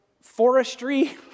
forestry